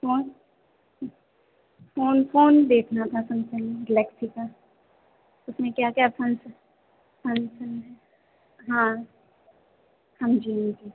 phone phone phone देखना था Samsung Galaxy का उसमें क्या क्या फंस फनसन है हाँ हाँ जी जी